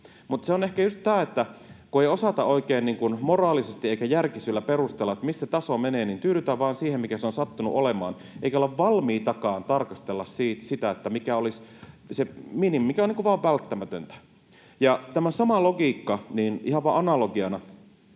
Mutta se on ehkä just tämä, että kun ei osata oikein moraalisesti eikä järkisyillä perustella, missä taso menee, niin tyydytään vain siihen, mikä se on sattunut olemaan, eikä olla valmiitakaan tarkastelemaan sitä, mikä olisi se minimi, mikä on vain välttämätöntä. Tämä sama logiikka ihan vain analogiana: